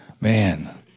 man